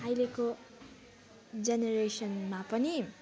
अहिलेको जेनरेसनमा पनि